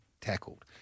tackled